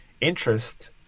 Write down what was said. interest